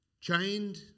Chained